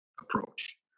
approach